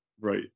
right